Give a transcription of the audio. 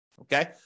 okay